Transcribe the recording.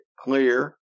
clear